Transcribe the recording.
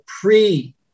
pre-